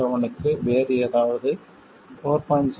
7 க்கு வேறு ஏதாவது 4